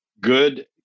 good